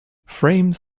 frames